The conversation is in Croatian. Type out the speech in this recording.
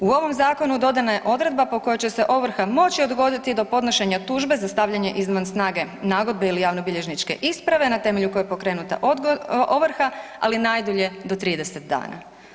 U ovom zakonu dodana je odredba po kojoj će se ovrha moći odgoditi do podnošenja tužbe za stavljanje izvan snage nagodbu ili javnobilježničke isprave na temelju koje je pokrenuta ovrha ali najdulja do 30 dana.